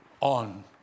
on